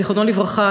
זיכרונו לברכה,